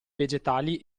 vegetali